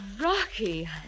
Rocky